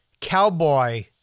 cowboy